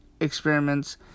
experiments